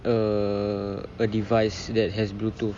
a device that has bluetooth